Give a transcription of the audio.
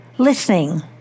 listening